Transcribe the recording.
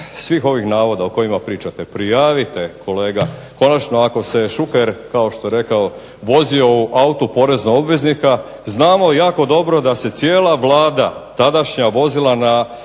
svih ovih navoda o kojima pričate, prijavite kolega, konačno ako se Šuker kao što je rekao vozio u autu poreznih obveznika znamo jako dobro da se cijela Vlada tadašnja vozila na